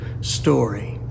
story